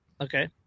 Okay